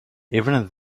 even